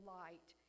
light